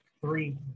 three